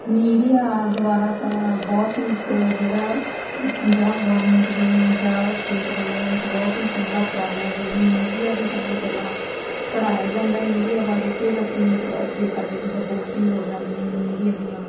media ਦੁਆਰਾ ਸਾ ਬਹੁਤ ਹੀ ਇੱਕ ਜਿਹੜਾ ਪੰਜਾਬ ਗੌਰਮੈਂਟ ਵੱਲੋਂ ਜਾਂ ਸਟੇਟ ਵੱਲੋਂ ਇੱਕ ਬਹੁਤ ਹੀ ਚੰਗਾ ਉਪਰਾਲਾ ਜਿਹੜੀ ਮੀਡੀਆ ਦੀ ਸਾਨੂੰ ਪਹਿਲਾਂ ਪੜ੍ਹਾਇਆ ਜਾਂਦਾ ਮੀਡੀਆ ਬਾਰੇ ਫਿਰ ਅਸੀਂ ਮਤਲਬ ਅੱਗੇ ਸਾਡੀ ਜਿੱਦਾਂ ਪੋਸਟਿੰਗ ਹੋ ਜਾਂਦੀਆਂ ਨੇ ਮੀਡੀਆ ਦੀਆਂ